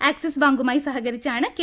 axis ബാങ്കുമായി സഹകരിച്ചാണ് K